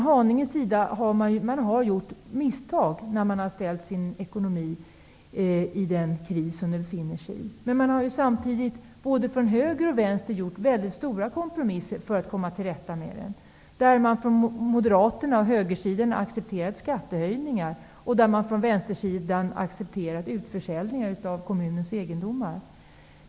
Haninge kommun har gjort misstag som gör att ekonomin nu befinner sig i denna kris. Men samtidigt har man både från höger och vänster gjort stora kompromisser för att komma till rätta med problemen. Moderaterna och högersidan har accepterat skattehöjningar, och vänstersidan har accepterat utförsäljningar av kommunens egendomar.